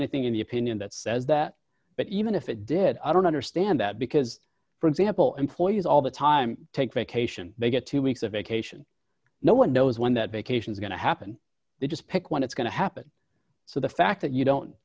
anything in the opinion that says that but even if it did i don't understand that because for example employers all the time take vacation they get two weeks of vacation no one knows when that vacation is going to happen they just pick when it's going to happen so the fact that you don't